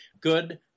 good